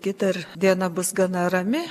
kita diena bus gana rami